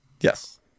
Yes